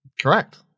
correct